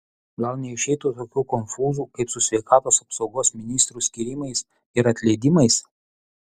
gal neišeitų tokių konfūzų kaip su sveikatos apsaugos ministrų skyrimais ir atleidimais